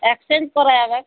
exchange করা যাবে